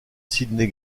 sidney